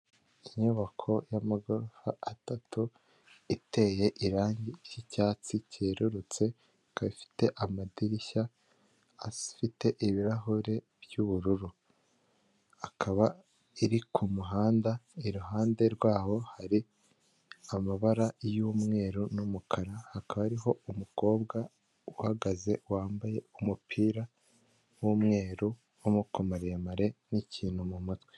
Inyubako y'amagorofa atatu iteye irangi ry'icyatsi cyerurutse gafite amadirishya afite ibirahuri byubururu, akaba iri kumuhanda iruhande rwaho hari amabara y'umweru n'umukara hakaba hariho umukobwa uhagaze wambaye umupira w'umweru w'amaboko maremare n'ikintu mu mutwe.